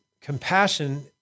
compassion